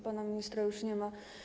Pana ministra już nie ma.